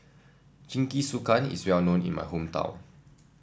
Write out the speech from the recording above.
Jingisukan is well known in my hometown